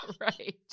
Right